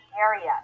area